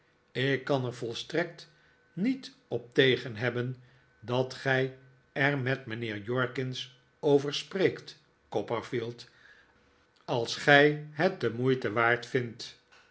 ik kan er volstrekt niet op tegen hebben dat gij er met mijnheer jorkins over spreekt copperfield als gij het de moeite waard vindt